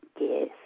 Yes